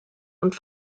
und